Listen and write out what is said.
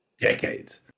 decades